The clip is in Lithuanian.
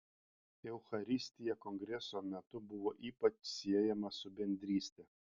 eucharistija kongreso metu buvo ypač siejama su bendryste